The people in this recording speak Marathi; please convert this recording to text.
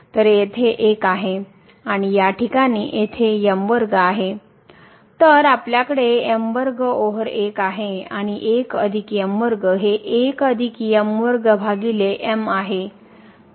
तर हे येथे 1 आहे आणि या ठिकाणी येथे आहे तर आपल्याकडे ओवर 1 आहे आणि 1 अधिक हे आहे